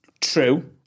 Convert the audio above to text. true